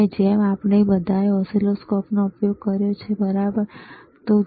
તો જેમ આપણે બધાએ ઓસિલોસ્કોપનો ઉપયોગ કર્યો છે બરાબર ને